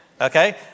okay